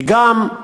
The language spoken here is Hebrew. היא גם,